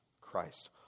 Christ